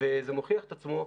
וזה מוכיח את עצמו,